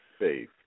faith